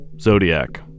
Zodiac